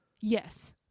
Yes